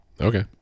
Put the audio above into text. Okay